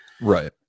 Right